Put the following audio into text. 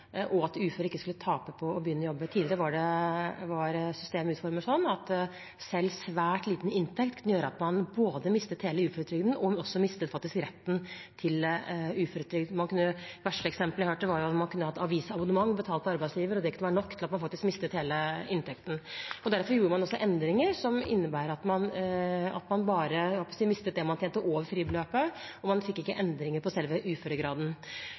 og at de uføre ikke skulle tape på å begynne å jobbe. Tidligere var systemet utformet sånn at selv svært liten inntekt kunne gjøre at man mistet både hele uføretrygden og faktisk også retten til uføretrygd. Det verste eksempelet jeg hørte, var at man kunne ha et avisabonnement betalt av arbeidsgiver, og at det kunne være nok til at man faktisk mistet hele inntekten. Derfor gjorde man endringer som innebar at man bare mistet det man tjente over fribeløpet, og man fikk ikke endringer i selve uføregraden.